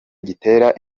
gitera